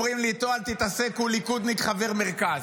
אומרים לי: איתו אל תתעסק, הוא ליכודניק חבר מרכז.